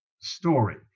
story